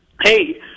hey